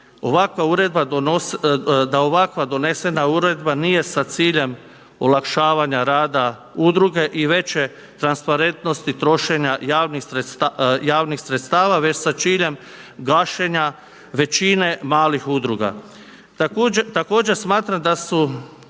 ovakva donesena uredba nije sa ciljem olakšavanja rada udruge i veće transparentnosti trošenja javnih sredstava već sa ciljem gašenja većine malih udruga. Također smatram da su